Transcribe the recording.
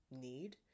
need